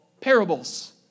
parables